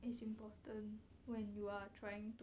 it is important when you are trying to